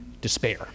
despair